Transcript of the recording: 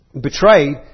betrayed